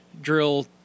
drill